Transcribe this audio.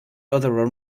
other